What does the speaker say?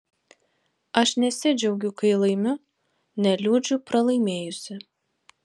aš nesidžiaugiu kai laimiu neliūdžiu pralaimėjusi